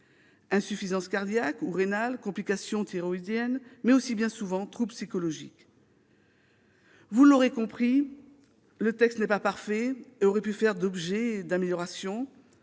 insuffisance cardiaque ou rénale, complications thyroïdiennes, mais aussi, bien souvent, troubles psychologiques. Vous l'aurez compris, le texte n'est pas parfait et aurait pu faire l'objet d'améliorations.